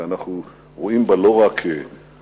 כי אנחנו רואים בה לא רק מושג,